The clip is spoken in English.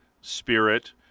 spirit